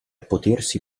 potersi